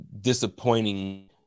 disappointing